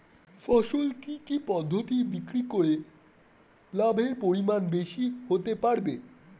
ফসল কি কি পদ্ধতি বিক্রি করে লাভের পরিমাণ বেশি হতে পারবে?